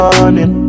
Morning